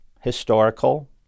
historical